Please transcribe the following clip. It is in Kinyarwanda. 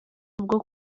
bwo